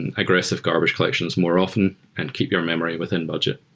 and aggressive garbage collections more often and keep your memory within budget